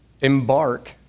embark